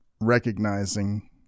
recognizing